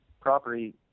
property